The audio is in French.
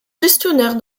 gestionnaire